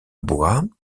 bois